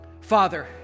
Father